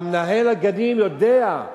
מנהל רשות הגנים יודע,